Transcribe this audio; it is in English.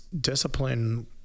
discipline